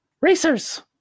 Racers